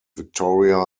victoria